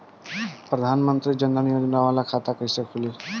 प्रधान मंत्री जन धन योजना वाला खाता कईसे खुली?